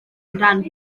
rhan